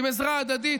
עם עזרה הדדית.